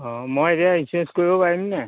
অঁ মই এতিয়া ইঞ্চোৰেঞ্চ কৰিব পাৰিম নাই